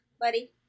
Buddy